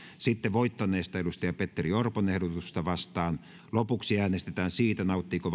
sitten voittaneesta petteri orpon ehdotusta vastaan ja lopuksi äänestetään siitä nauttiiko